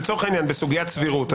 לצורך העניין בסוגיית סבירות,